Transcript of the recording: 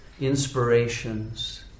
inspirations